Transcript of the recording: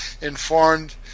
informed